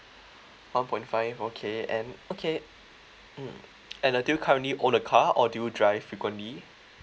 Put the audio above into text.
one point five okay and okay mm and uh do you currently own a car or do you drive frequently